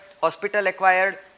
hospital-acquired